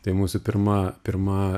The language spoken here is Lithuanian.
tai mūsų pirma pirma